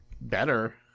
better